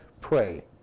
pray